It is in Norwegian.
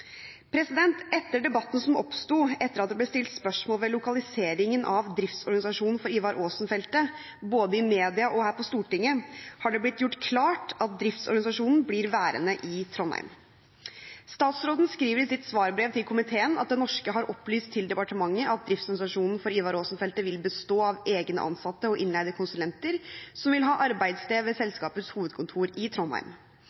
Etter debatten som oppsto etter at det ble stilt spørsmål ved lokaliseringen av driftsorganisasjonen for Ivar Aasen-feltet både i media og her i Stortinget, har det blitt gjort klart at driftsorganisasjonen blir værende i Trondheim. Statsråden skriver i sitt svarbrev til komiteen at Det norske har opplyst til departementet at driftsorganisasjonen for Ivar Aasen-feltet vil bestå av egne ansatte og innleide konsulenter som vil ha arbeidssted ved